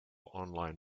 online